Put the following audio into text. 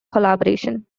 collaboration